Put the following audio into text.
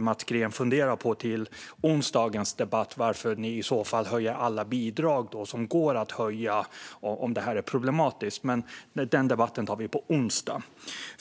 Mats Green kan ju fundera till onsdagens debatt på varför man i så fall höjer alla bidrag som går att höja om det här är problematiskt. Men den debatten tar vi på onsdag.